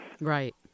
Right